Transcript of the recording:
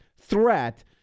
threat